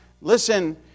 Listen